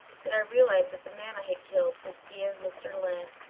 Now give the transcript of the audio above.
did i realise that the man i had killed was dear mr. lyne.